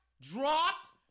dropped